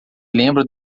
lembro